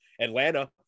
Atlanta